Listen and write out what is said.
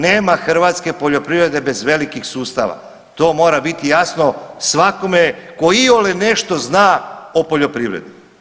Nema hrvatske poljoprivrede bez velikih sustava, to mora biti jasno svakome tko iole nešto zna o poljoprivredi.